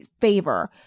favor